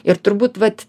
ir turbūt vat